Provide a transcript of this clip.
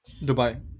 Dubai